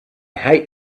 hate